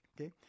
okay